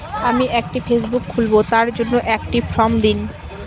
আমি একটি ফেসবুক খুলব তার জন্য একটি ফ্রম দিন?